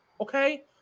okay